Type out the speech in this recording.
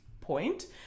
point